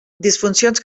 disfuncions